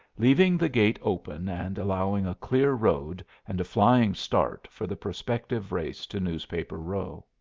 leaving the gate open and allowing a clear road and a flying start for the prospective race to newspaper row.